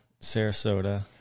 Sarasota